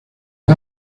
del